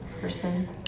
person